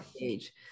age